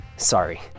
Sorry